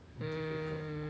difficult